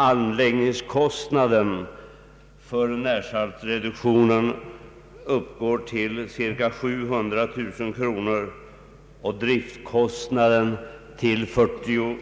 Anläggningskostnaden för närsaltreduktionen uppgår till cirka 700 000 kronor och driftkostnaden till 45